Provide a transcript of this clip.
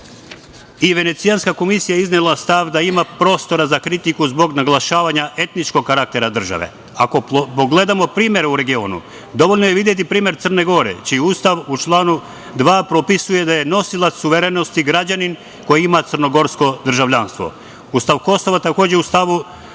Venecijanska komisija je iznela stav da ima prostora za kritiku zbog naglašavanja etničkog karaktera države. Ako pogledamo primer u regionu, dovoljno je videti primer Crne Gore čiji Ustav u članu 2. propisuje da je nosilac suverenosti građanin koji ima crnogorsko državljanstvo. Ustav Kosova takođe u stavu